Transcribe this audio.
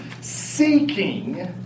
seeking